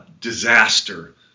disaster